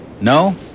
No